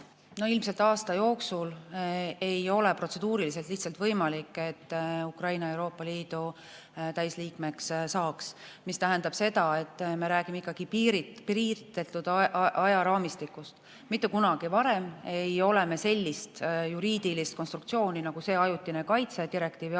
ilmselt aasta jooksul ei ole protseduuriliselt lihtsalt võimalik, et Ukraina Euroopa Liidu täisliikmeks saaks. See tähendab seda, et me räägime ikkagi piiritletud ajaraamist. Mitte kunagi varem ei ole me sellist juriidilist konstruktsiooni nagu see ajutine kaitse direktiivi alusel